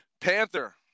Panther